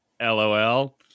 LOL